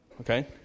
okay